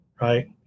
right